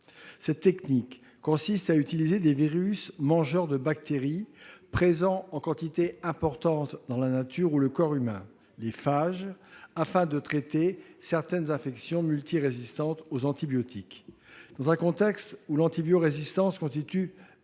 Cette technique consiste à utiliser des virus mangeurs de bactéries présents en quantité abondante dans la nature ou le corps humain, les phages, afin de traiter certaines infections multirésistantes aux antibiotiques. Dans un contexte où l'antibiorésistance constitue